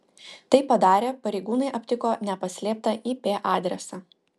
tai padarę pareigūnai aptiko nepaslėptą ip adresą